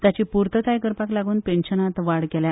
ताची पुर्तताय करपाक लागून पेन्शनांत वाड केल्या